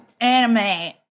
anime